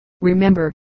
remember